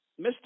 Mr